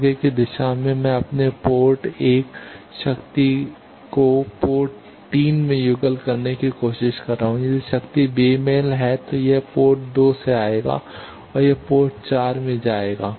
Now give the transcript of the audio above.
आगे की दिशा में मैं अपने पोर्ट 1 शक्ति को पोर्ट 3 में युगल करने की कोशिश कर रहा हूं अगर शक्ति बेमेल है तो यह पोर्ट 2 से आएगा यह पोर्ट 4 में आएगा